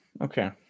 Okay